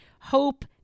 hope